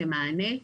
כמענה.